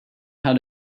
how